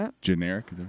generic